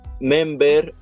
member